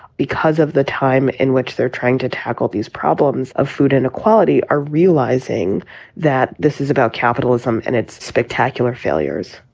because of the time in which they're trying to tackle these problems of food inequality, are realizing that this is about capitalism and its spectacular failures,